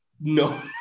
No